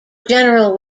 general